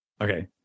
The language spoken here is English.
Okay